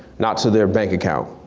not to their bank account.